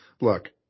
look